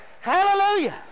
Hallelujah